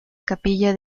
capilla